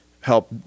help